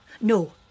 No